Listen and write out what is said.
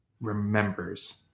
remembers